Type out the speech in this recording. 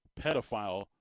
pedophile